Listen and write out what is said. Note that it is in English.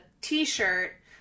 t-shirt